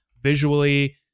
visually